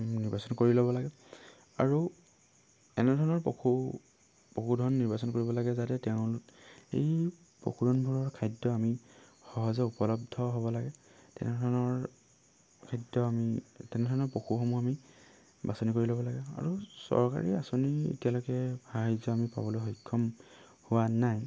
নিৰ্বাচন কৰি ল'ব লাগে আৰু এনেধৰণৰ পশু পশুধন নিৰ্বাচন কৰিব লাগে যাতে তেওঁ এই পশুধনবোৰৰ খাদ্য আমি সহজে উপলব্ধ হ'ব লাগে তেনেধৰণৰ খাদ্য আমি তেনেধৰণৰ পশুসমূহ আমি বাছনি কৰি ল'ব লাগে আৰু চৰকাৰী আঁচনি এতিয়ালৈকে সাহাৰ্য্য আমি পাবলৈ সক্ষম হোৱা নাই